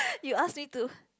you ask me to